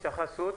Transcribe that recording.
התייחסות?